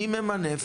מי ממנף.